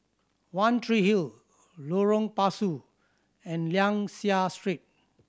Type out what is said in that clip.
One Tree Hill Lorong Pasu and Liang Seah Street